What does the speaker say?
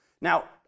Now